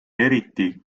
eriti